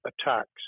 attacks